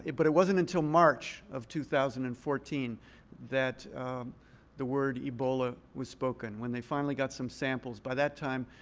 but it wasn't until march of two thousand and fourteen that the word ebola was spoken, when they finally got some samples. by that time,